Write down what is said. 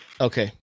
Okay